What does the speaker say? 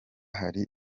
hari